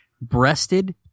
breasted